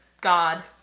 God